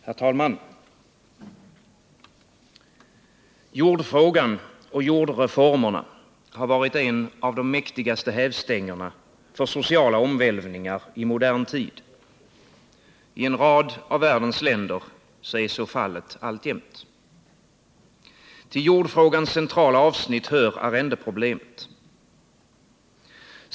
Herr talman! Jordfrågan och jordreformerna har varit en av de mäktigaste hävstängerna för sociala omvälvningar i modern tid. I en rad av världens länder är så fallet alltjämt. Till jordfrågans centrala avsnitt hör arrendeproblemet.